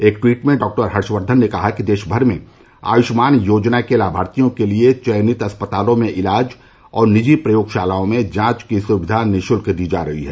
एक ट्वीट में डॉक्टर हर्षवर्धन ने कहा कि देशभर में आयुष्मान योजना के लाभार्थियों के लिए चयनित अस्पतालों में इलाज और निजी प्रयोगशालाओं में जांच की सुविधा निःशुल्क दी जा रही है